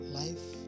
life